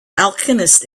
alchemist